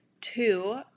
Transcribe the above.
two